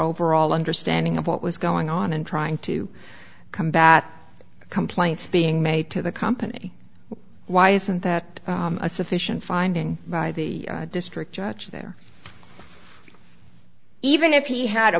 overall understanding of what was going on and trying to combat the complaints being made to the company why isn't that a sufficient finding by the district judge there even if he had a